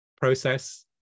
process